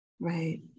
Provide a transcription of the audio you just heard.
Right